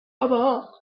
other